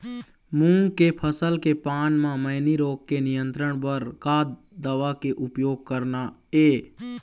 मूंग के फसल के पान म मैनी रोग के नियंत्रण बर का दवा के उपयोग करना ये?